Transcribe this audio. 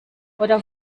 oder